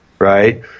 Right